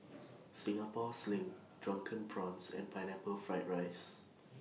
Singapore Sling Drunken Prawns and Pineapple Fried Rice